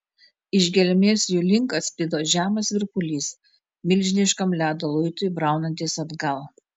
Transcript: iš gelmės jų link atsklido žemas virpulys milžiniškam ledo luitui braunantis atgal